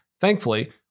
Thankfully